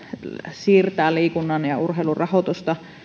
siirtää liikunnan ja urheilun rahoitusta